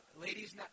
Ladies